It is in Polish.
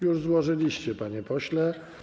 Już złożyliście, panie pośle.